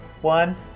One